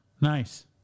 Nice